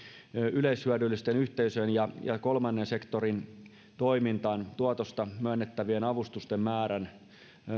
yleishyödyllisten yhteisöjen ja ja kolmannen sektorin toimintaan tuotosta myönnettävien avustusten määrän